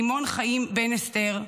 סימון חיים בן אסתר,